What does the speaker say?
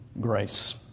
grace